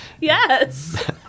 Yes